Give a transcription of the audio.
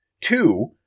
Two